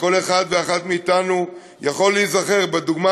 שכל אחד ואחד מאתנו יכול להיזכר בדוגמה